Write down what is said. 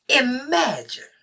Imagine